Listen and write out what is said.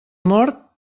mort